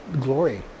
glory